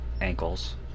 ankles